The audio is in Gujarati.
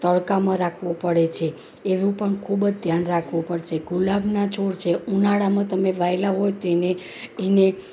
તડકામાં રાખવો પડે છે એવું પણ ખૂબ જ ધ્યાન રાખવું પડશે ગુલાબના છોડ છે ઉનાળામાં તમે વાવેલા હોય તો એને એને